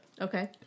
Okay